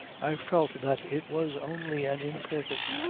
i felt that it was only an imperfect,